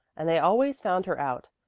and they always found her out.